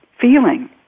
feeling